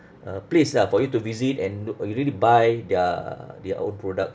uh place lah for you to visit and uh you really buy their their own product